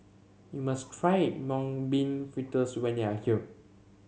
you must try Mung Bean Fritters when you are here